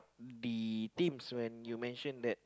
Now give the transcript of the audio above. the teams when you mention that